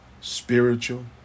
spiritual